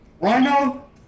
Rhino